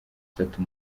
itatu